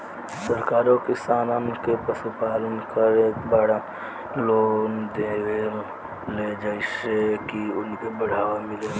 सरकारो किसानन के पशुपालन करे बड़ लोन देवेले जेइसे की उनके बढ़ावा मिलेला